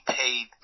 paid